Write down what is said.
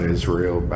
Israel